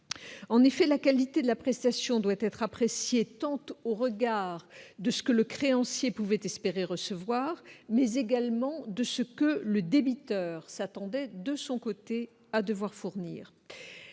En effet, la qualité de la prestation doit être appréciée tente au regard de ce que le créancier pouvait espérer recevoir mais également de ce que le débiteur s'attendait de son côté à devoir fournir